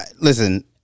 Listen